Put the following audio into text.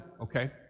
okay